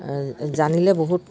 জানিলে বহুত